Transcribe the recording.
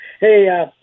Hey